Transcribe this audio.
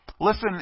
...listen